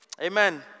Amen